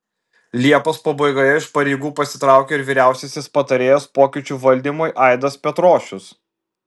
liepos pabaigoje iš pareigų pasitraukė ir vyriausiasis patarėjas pokyčių valdymui aidas petrošius